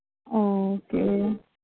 okay